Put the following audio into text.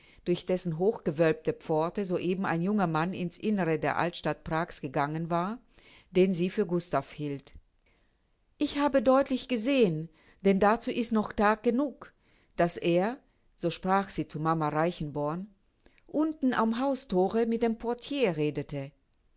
durch dessen hochgewölbte pforte so eben ein junger mann in's innere der altstadt prag's gegangen war den sie für gustav hielt ich habe deutlich gesehen denn dazu ist noch tag genug daß er so sprach sie zu mama reichenborn unten am hausthore mit dem portier redete